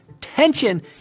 tension